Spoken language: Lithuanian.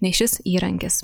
nei šis įrankis